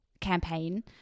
campaign